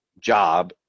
job